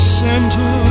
center